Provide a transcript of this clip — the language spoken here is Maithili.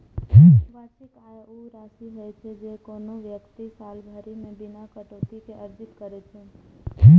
वार्षिक आय ऊ राशि होइ छै, जे कोनो व्यक्ति साल भरि मे बिना कटौती के अर्जित करै छै